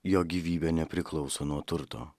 jo gyvybė nepriklauso nuo turto